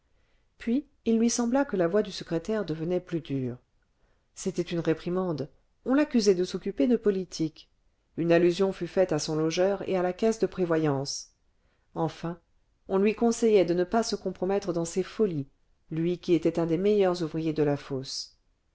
puis il lui sembla que la voix du secrétaire devenait plus dure c'était une réprimande on l'accusait de s'occuper de politique une allusion fut faite à son logeur et à la caisse de prévoyance enfin on lui conseillait de ne pas se compromettre dans ces folies lui qui était un des meilleurs ouvriers de la fosse